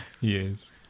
Yes